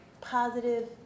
positive